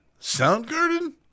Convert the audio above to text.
Soundgarden